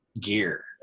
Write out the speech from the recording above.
gear